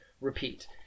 Repeat